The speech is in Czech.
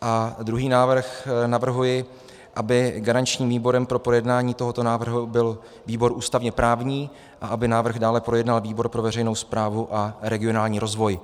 A druhý návrh navrhuji, aby garančním výborem pro projednání tohoto návrhu byl výbor ústavněprávní a aby návrh dále projednal výbor pro veřejnou správu a regionální rozvoj.